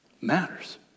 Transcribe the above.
matters